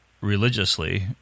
religiously